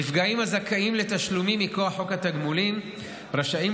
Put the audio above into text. נפגעים הזכאים לתשלומים מכוח חוק התגמולים רשאים